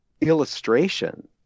illustration